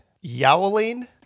yowling